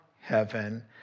heaven